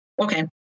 Okay